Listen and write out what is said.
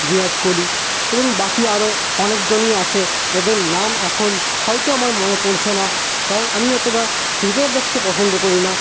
ভিরাট কোহলি এবং বাকি আরও অনেকজনই আছে যাদের নাম এখন হয়তো আমার মনে পড়ছে না কারণ আমি অতটা ক্রিকেট দেখতে পছন্দ করি না